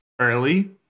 early